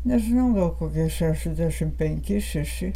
nežinau gal kokia šešiasdešimt penki šeši